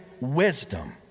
wisdom